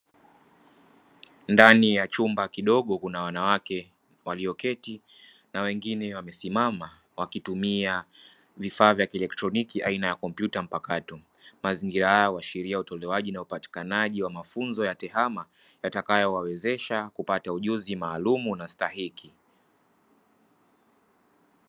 Ndani ya chumba kidogo kuna wanawake walioketi na wengine wamesimama wakitumia vifaa vya kielektroniki aina ya kompyuta mpakato. Mazingira haya huashiria utolewaji na upatikanaji wa mafunzo ya tehama yatakayowawezesha kupata ujuzi maalumu na stahiki.